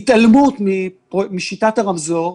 והתעלמות משיטת הרמזור,